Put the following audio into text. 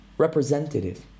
representative